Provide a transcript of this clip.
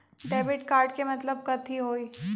Debit card के मतलब कथी होई?